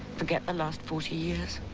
forget the last forty years?